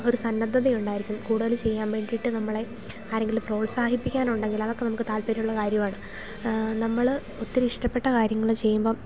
ഒരു സന്നദ്ധത ഉണ്ടായിരിക്കും കൂടുതൽ ചെയ്യാൻ വേണ്ടിയിട്ട് നമ്മളെ ആരെങ്കിലും പ്രോത്സാഹിപ്പിക്കാനുണ്ടെങ്കിൽ അതക്കെ നമുക്ക് താല്പര്യമുള്ള കാര്യമാണ് നമ്മൾ ഒത്തിരി ഇഷ്ടപ്പെട്ട കാര്യങ്ങൾ ചെയ്യുമ്പം